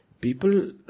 people